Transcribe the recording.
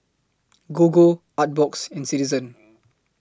Gogo Artbox and Citizen